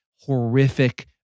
horrific